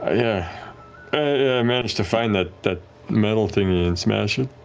ah yeah i managed to find that that metal thingy and smash it.